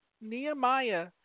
Nehemiah